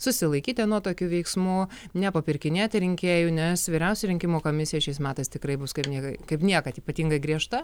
susilaikyti nuo tokių veiksmų nepapirkinėti rinkėjų nes vyriausioji rinkimų komisija šiais metais tikrai bus kaip niek kaip niekad ypatingai griežta